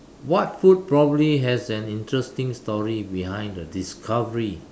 what food probably has an interesting story behind the discovery